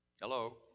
Hello